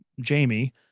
Jamie